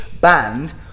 band